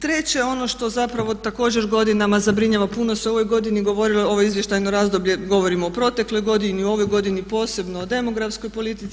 Treće, ono što zapravo također godinama zabrinjava, puno se u ovoj godini govorilo, ovo izvještajno razdoblje govorimo o protekloj godini i u ovoj godini posebno o demografskoj politici.